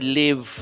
live